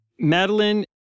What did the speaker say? Madeline